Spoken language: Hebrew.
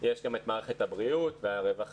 יש גם את מערכת הבריאות והרווחה.